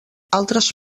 altres